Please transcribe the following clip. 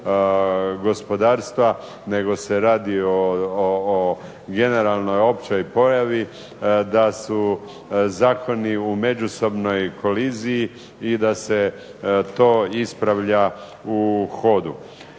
gospodarstva nego se radi o generalnoj općoj pojavi da su zakoni u međusobnoj koliziji i da se to ispravlja u hodu.